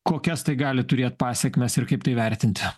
kokias tai gali turėt pasekmes ir kaip tai vertinti